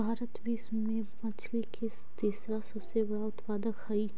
भारत विश्व में मछली के तीसरा सबसे बड़ा उत्पादक हई